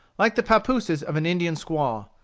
like the pappooses of an indian squaw.